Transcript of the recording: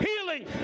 healing